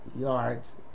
yards